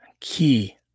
key